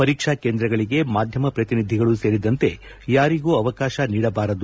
ಪರೀಕ್ಷೆ ಕೇಂದ್ರಗಳಿಗೆ ಮಾಧ್ಯಮ ಪ್ರತಿನಿಧಿಗಳು ಸೇರಿದಂತೆ ಯಾರಿಗೂ ಅವಕಾಶ ನೀಡಬಾರದು